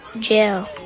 jail